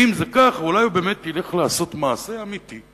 ואם זה כך, אולי הוא באמת ילך לעשות מעשה אמיתי.